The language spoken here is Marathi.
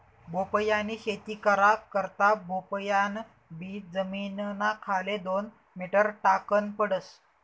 भोपयानी शेती करा करता भोपयान बी जमीनना खाले दोन मीटर टाकन पडस